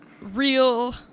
real